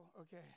Okay